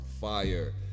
fire